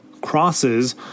crosses